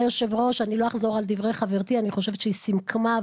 לא אחזור על דברי חברתי חושבת שהיא סיכמה,